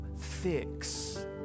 fix